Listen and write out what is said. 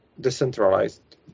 decentralized